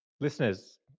Listeners